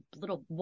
little